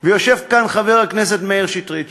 ויושב כאן חבר הכנסת מאיר שטרית,